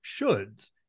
shoulds